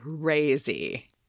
crazy